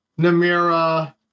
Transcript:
Namira